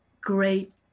great